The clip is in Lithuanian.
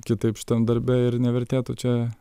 kitaip šitam darbe ir nevertėtų čia